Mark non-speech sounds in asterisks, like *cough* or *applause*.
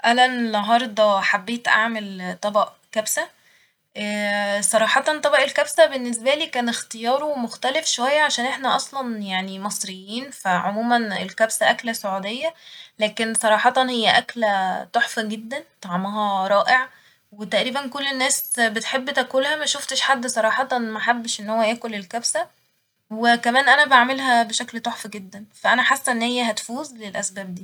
أنا النهاردة حبيت أعمل طبق كبسة *hesitation* صراحة طبق الكبسة باللنسبالي كان اختياره مختلف شوية علشان احنا اصلا يعني مصريين فعموما الكبسة أكلة سعودية لكن صراحة هي أكلة *hesitation* تحفة جدا طعمها رائع وتقريبا كل الناس بتحب تاكلها ما شفتش حد صراحة محبش إن هو ياكل الكبسة وكمان أنا بعملها بشكل تحفة جدا فأنا حاسه إن هي هتفوز للأسباب دي.